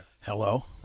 Hello